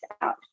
out